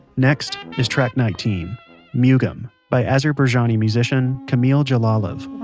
next is track nineteen mugam by azerbaijani musician kamil jalilov